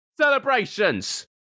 Celebrations